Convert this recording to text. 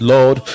Lord